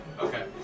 Okay